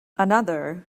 another